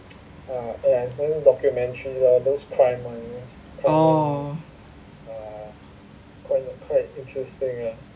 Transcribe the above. orh